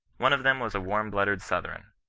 one of them was a warm-blooded southron.